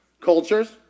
Cultures